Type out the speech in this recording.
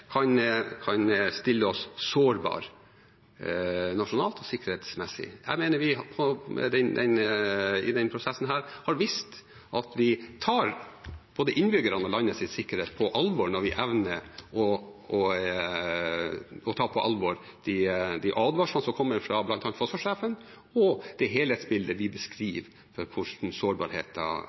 kan stille oss sårbare nasjonalt og sikkerhetsmessig. Jeg mener at vi i denne prosessen har vist at vi tar både innbyggernes og landets sikkerhet på alvor når vi evner å ta på alvor de advarslene som kommer fra bl.a. forsvarssjefen, og det helhetsbildet vi beskriver om hvordan sårbarheten kan være. Det er